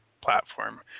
platform